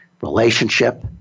relationship